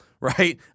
Right